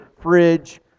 fridge